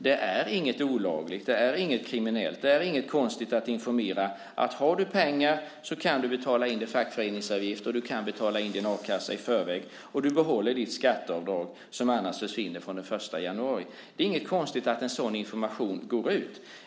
Det är inget olagligt, kriminellt eller konstigt att informera om att den som har pengar kan betala in sin fackföreningsavgift och sin a-kasseavgift i förväg och på så sätt behålla det skatteavdrag som annars försvinner från den 1 januari. Det är inget konstigt att en sådan information går ut.